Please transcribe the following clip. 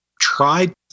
tried